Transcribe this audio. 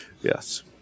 Yes